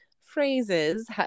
phrases